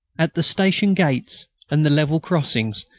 at the station gates and the level crossings,